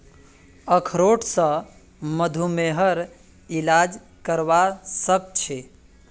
अखरोट स मधुमेहर इलाज करवा सख छी